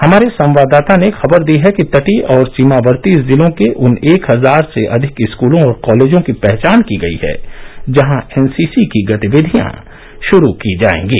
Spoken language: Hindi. हमारे संवाददाता ने खबर दी है कि तटीय और सीमावर्ती जिलों के उन एक हजार से अधिक स्कूलों और कॉलेजों की पहचान की गई है जहां एनसीसी की गतिविधियां शुरू की जाएंगी